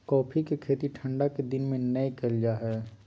coffee के खेती ठंढा के दिन में नै कइल जा हइ